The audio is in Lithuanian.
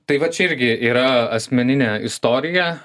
tai va čia irgi yra asmeninė istorija